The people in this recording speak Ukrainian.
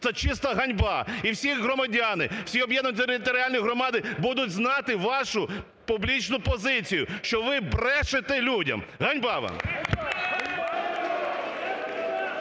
Це чисто ганьба. І всі громадяни, всі об'єднані територіальні громади будуть знати вашу публічну позицію, що ви брешете людям! Ганьба вам!